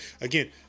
again